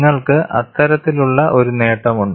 നിങ്ങൾക്ക് അത്തരത്തിലുള്ള ഒരു നേട്ടമുണ്ട്